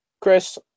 chris